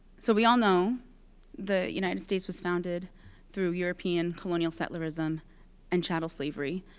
so we all know the united states was founded through european colonial settlerism and chattel slavery.